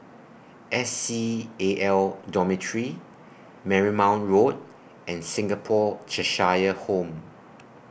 S C A L Dormitory Marymount Road and Singapore Cheshire Home